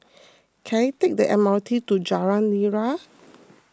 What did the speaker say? can I take the M R T to Jalan Nira